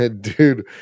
dude